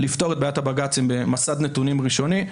לפתור את בעיית הבג"צים במסד נתונים ראשוני.